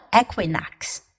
equinox